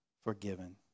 forgiven